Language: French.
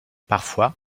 parfois